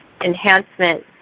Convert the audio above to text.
enhancement